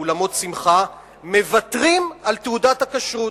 אולמות שמחה, מוותרים על תעודת הכשרות.